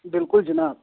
بلکُل جِناب